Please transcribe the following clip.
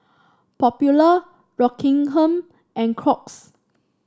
Popular Rockingham and Crocs